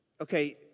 okay